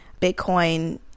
Bitcoin